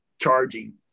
charging